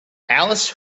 alice